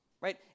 right